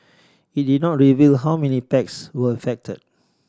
it did not reveal how many packs were affect